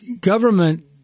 government